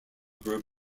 group